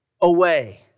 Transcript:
away